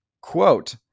quote